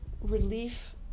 relief